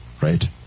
right